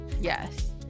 Yes